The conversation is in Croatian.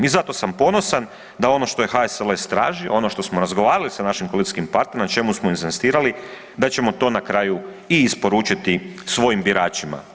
I zato sam ponosan da ono što je HSLS tražio ono što smo razgovarali sa našim koalicijskim partnerima na čemu smo inzistirali da ćemo to na kraju i isporučiti svojim biračima.